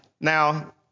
Now